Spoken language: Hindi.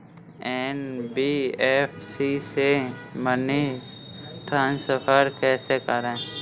एन.बी.एफ.सी से मनी ट्रांसफर कैसे करें?